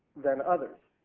than others.